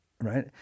right